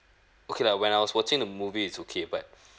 okay lah when I was watching the movie is okay but